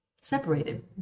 Separated